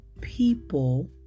people